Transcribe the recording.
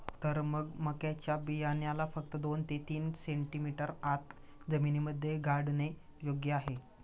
तर मग मक्याच्या बियाण्याला फक्त दोन ते तीन सेंटीमीटर आत जमिनीमध्ये गाडने योग्य आहे